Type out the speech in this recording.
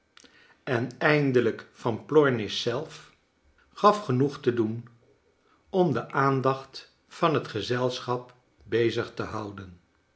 en eindelijk van plornish zelf gaf genoeg te doen om de aandacht van het gezelschap bezig te houden